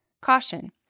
Caution